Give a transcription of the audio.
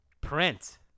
print